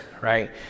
right